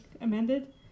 amended